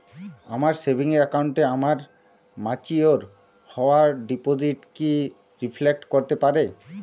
আমার সেভিংস অ্যাকাউন্টে আমার ম্যাচিওর হওয়া ডিপোজিট কি রিফ্লেক্ট করতে পারে?